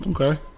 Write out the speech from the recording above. Okay